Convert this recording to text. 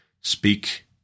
speak